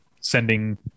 sending